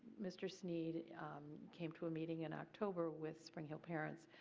mr. snead came to a meeting in october with spring hill parent